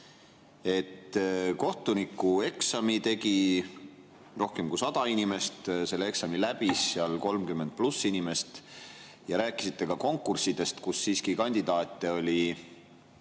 kohtunikueksami tegi rohkem kui 100 inimest ja selle läbis 30+ inimest. Rääkisite ka konkurssidest, kus siiski kandidaate oli